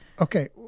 Okay